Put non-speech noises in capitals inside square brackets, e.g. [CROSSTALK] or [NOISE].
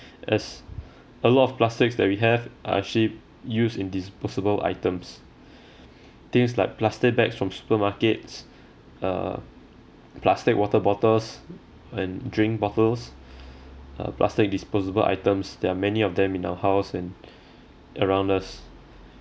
as a lot of plastics that we have are actually used in disposable items [BREATH] things like plastic bags from supermarkets uh plastic water bottles and drink bottles [BREATH] uh plastic disposable items there are many of them in our house and [BREATH] around us